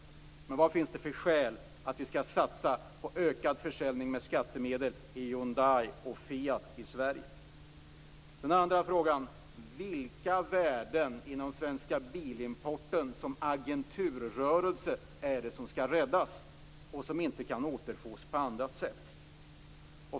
Vilka skäl finns det för oss att med skattemedel satsa på ökad försäljning av Hyundai och Fiat i Sverige? För det andra: Vilka värden inom Svenska Bilimporten som agenturrörelse är det som skall räddas och som inte kan återfås på annat sätt?